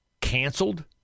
canceled